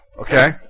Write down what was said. okay